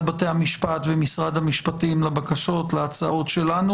בתי המשפטי ומשרד המשפטים לבקשות ולהצעות שלנו,